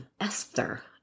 Esther